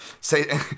say